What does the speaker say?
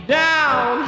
down